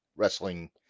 Wrestling